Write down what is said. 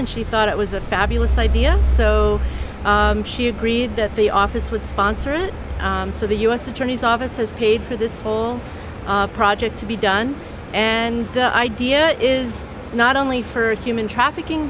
and she thought it was a fabulous idea so she agreed that the office would sponsor it so the u s attorney's office has paid for this whole project to be done and the idea is not only for human trafficking